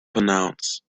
pronounce